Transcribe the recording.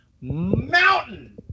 mountain